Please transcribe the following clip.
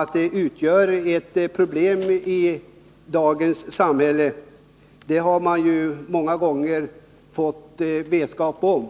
Att den utgör ett problem i dagens samhälle har vi många gånger fått vetskap om.